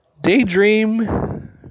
Daydream